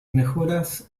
mejoras